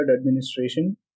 administration